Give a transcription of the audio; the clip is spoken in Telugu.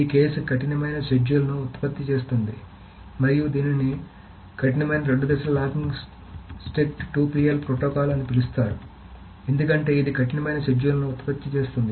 ఈ కేసు కఠినమైన షెడ్యూల్ ను ఉత్పత్తి చేస్తుంది మరియు అందుకే దీనిని కఠినమైన రెండు దశల లాకింగ్ ప్రోటోకాల్ అని పిలుస్తారు ఎందుకంటే ఇది కఠినమైన షెడ్యూల్ను ఉత్పత్తి చేస్తుంది